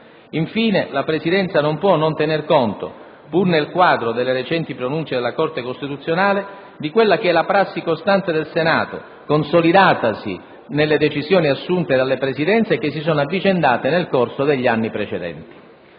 Infine, la Presidenza non può non tenere conto, pur nel quadro delle recenti pronunce della Corte costituzionale, di quella che è la prassi costante del Senato, consolidatasi nelle decisioni assunte dalle Presidenze che si sono avvicendate nel corso degli anni precedenti.